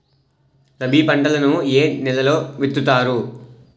రబీ పంటలను ఏ నెలలో విత్తుతారు?